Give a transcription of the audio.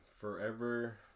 Forever